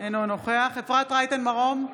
אינו נוכח אפרת רייטן מרום,